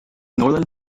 northern